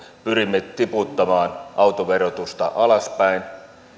pyrimme tiputtamaan autoverotusta alaspäin